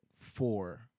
four